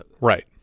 Right